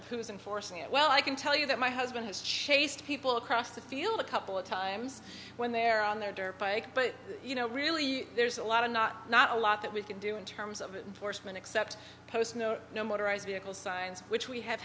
of who is enforcing it well i can tell you that my husband has chased people across the field a couple of times when they're on their dirt bike but you know really there's a lot of not not a lot that we can do in terms of a horseman except post no no motorized vehicles science which we ha